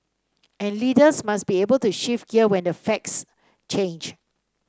and leaders must be able to shift gear when the facts change